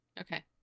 Okay